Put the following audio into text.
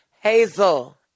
Hazel